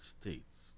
states